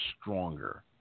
stronger